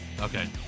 Okay